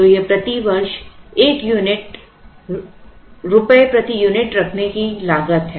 तो यह प्रति वर्ष एक यूनिट रुपये प्रति यूनिट रखने की लागत है